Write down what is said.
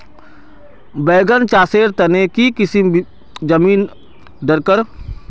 बैगन चासेर तने की किसम जमीन डरकर?